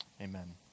Amen